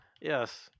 Yes